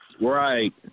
Right